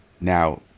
Now